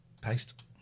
paste